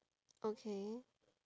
okay